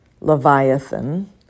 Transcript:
Leviathan